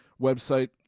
website